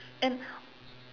and